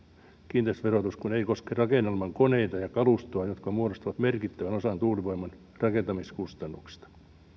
kiinteistöverotus kun ei koske rakennelman koneita ja kalustoa jotka muodostavat merkittävän osan tuulivoiman rakentamiskustannuksista